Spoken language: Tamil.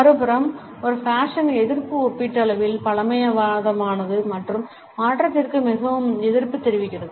மறுபுறம் ஒரு ஃபேஷன் எதிர்ப்பு ஒப்பீட்டளவில் பழமைவாதமானது மற்றும் மாற்றத்திற்கு மிகவும் எதிர்ப்புத் தெரிவிக்கிறது